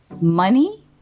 Money